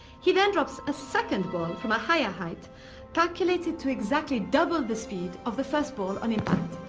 he then drops a second ball from a higher height calculated to exactly double the speed of the first ball on impact.